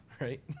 right